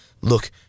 look